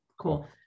cool